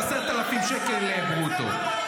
עם 10,000 שקל ברוטו.